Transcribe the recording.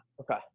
Okay